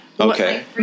Okay